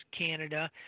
canada